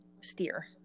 steer